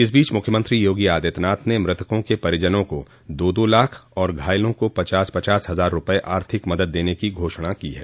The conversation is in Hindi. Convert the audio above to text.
इस बीच मुख्यमंत्री योगी आदित्यनाथ ने मृतकों के परिजनों को दो दो लाख और घायलों को पचास पचास हजार रूपये आर्थिक मदद देने की घोषणा की है